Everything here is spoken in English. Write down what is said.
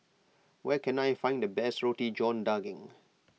where can I find the best Roti John Daging